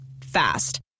Fast